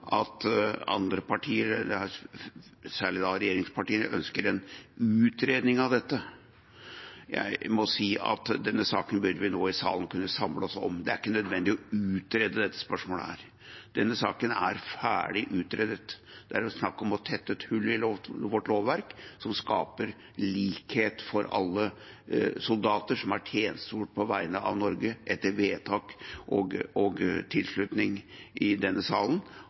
at andre partier, særlig regjeringspartiene, ønsker en utredning av dette. Jeg må si at denne saken burde vi kunne samle oss om i salen nå. Det er ikke nødvendig å utrede dette spørsmålet. Denne saken er ferdig utredet. Det er snakk om å tette et hull i vårt lovverk, slik at man skaper likhet for alle soldater som har tjenestegjort på vegne av Norge etter vedtak og tilslutning i denne salen,